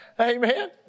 Amen